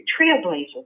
trailblazer